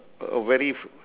a very f~